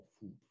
food